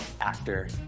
actor